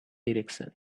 direction